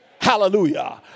Hallelujah